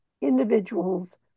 individuals